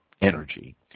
energy